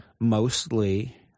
mostly